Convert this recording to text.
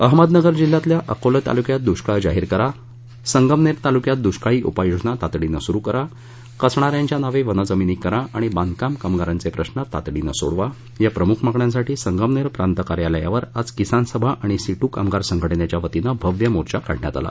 अहमदनगर जिल्ह्यातील अकोले तालुक्यात दुष्काळ जाहीर करा संगमनेर तालुक्यात दुष्काळी उपाययोजना तातडीने सुरु करा कसणाऱ्यांच्या नावे वनजमिनी करा आणि बांधकाम कामगारांचे प्रश्न तातडीने सोडवा या प्रमुख मागण्यांसाठी संगमनेर प्रांत कार्यालयावर आज किसान सभा आणि सिट्र कामगार संघटनेच्या वतीनं भव्य मोर्चा काढण्यात आला